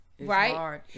Right